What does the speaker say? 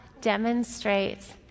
demonstrates